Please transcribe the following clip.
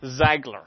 Zagler